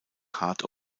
hart